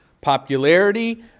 popularity